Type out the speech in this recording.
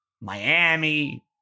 Miami